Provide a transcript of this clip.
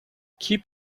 keep